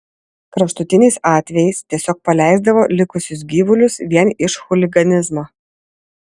kraštutiniais atvejais tiesiog paleisdavo likusius gyvulius vien iš chuliganizmo